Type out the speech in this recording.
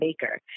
Baker